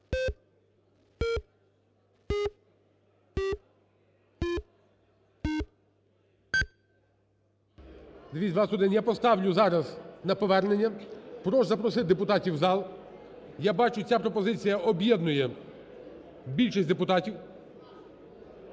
За-221 Я поставлю зараз на повернення. Прошу запросити депутатів в зал. Я бачу, ця пропозиція об'єднує більшість депутатів.